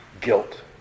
Guilt